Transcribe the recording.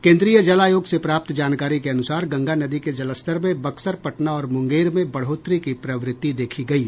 केन्द्रीय जल आयोग से प्राप्त जानकारी के अनुसार गंगा नदी के जलस्तर में बक्सर पटना और मुंगेर में बढ़ोतरी की प्रवृत्ति देखी गयी